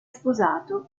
sposato